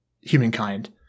humankind